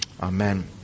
Amen